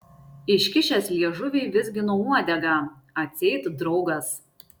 iškišęs liežuvį vizgino uodegą atseit draugas